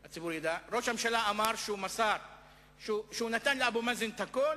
ראש הממשלה אמר שהוא נתן לאבו מאזן הכול